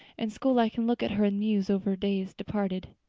in school i can look at her and muse over days departed.